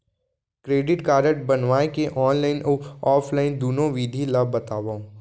Credit card बनवाए के online अऊ ऑफलाइन दुनो विधि ला बतावव?